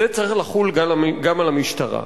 זה צריך לחול גם על המשטרה.